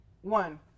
one